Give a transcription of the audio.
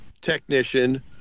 technician